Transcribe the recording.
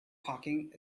parking